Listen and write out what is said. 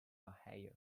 ohio